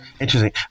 Interesting